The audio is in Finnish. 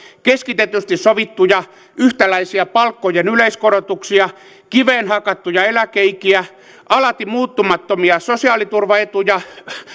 keskitetysti sovittuja yhtäläisiä palkkojen yleiskorotuksia kiveen hakattuja eläkeikiä alati muuttumattomia sosiaaliturvaetuja